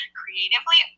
creatively